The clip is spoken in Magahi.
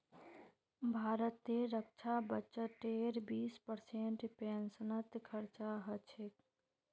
भारतेर रक्षा बजटेर बीस परसेंट पेंशनत खरचा ह छेक